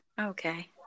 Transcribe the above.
okay